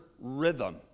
rhythm